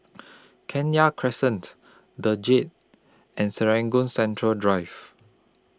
Kenya Crescent The Jade and Serangoon Central Drive